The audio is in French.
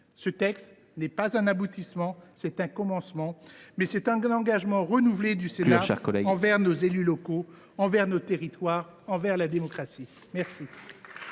Ce texte n’est pas un aboutissement, c’est un commencement, qui témoigne de l’engagement renouvelé du Sénat envers nos élus locaux, envers nos territoires, envers la démocratie. La